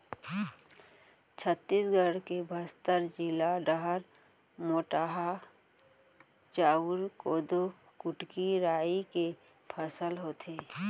छत्तीसगढ़ के बस्तर जिला डहर मोटहा चाँउर, कोदो, कुटकी, राई के फसल होथे